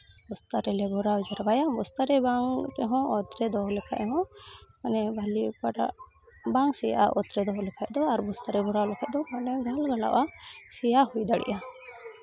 ᱵᱚᱥᱛᱟ ᱨᱮᱞᱮ ᱵᱷᱚᱨᱟᱣ ᱡᱟᱨᱣᱟᱭᱟ ᱵᱚᱥᱛᱟ ᱨᱮ ᱵᱟᱝ ᱨᱮᱦᱚᱸ ᱚᱛ ᱨᱮ ᱫᱚᱦᱚ ᱞᱮᱠᱷᱟᱡ ᱦᱚᱸ ᱢᱟᱱᱮ ᱵᱷᱟᱹᱞᱤ ᱚᱠᱟᱴᱟᱜ ᱵᱟᱝ ᱥᱮᱭᱟᱜᱼᱟ ᱚᱛ ᱨᱮ ᱫᱚᱦᱚ ᱞᱮᱠᱷᱟᱡ ᱫᱚ ᱟᱨ ᱵᱚᱥᱛᱟᱨᱮ ᱵᱷᱚᱨᱟᱣ ᱞᱮᱠᱷᱟᱡ ᱫᱚ ᱢᱟᱱᱮ ᱜᱷᱟᱞ ᱜᱷᱟᱞᱚᱜᱼᱟ ᱥᱮᱭᱟ ᱦᱩᱭ ᱫᱟᱲᱮᱭᱟᱜᱼᱟ